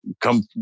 come